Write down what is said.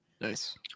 Nice